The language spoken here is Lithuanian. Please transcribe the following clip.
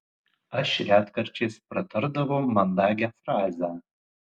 aš retkarčiais pratardavau mandagią frazę